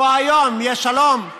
בבוא היום יהיה שלום,